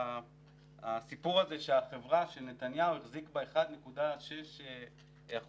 הסיפור שהחברה שנתניהו החזיק בה 1.6%